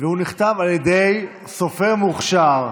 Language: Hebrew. והוא נכתב על ידי סופר מוכשר,